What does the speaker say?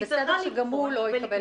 מבחינתי זה בסדר שגם הוא לא יקבל שחרור.